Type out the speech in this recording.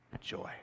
joy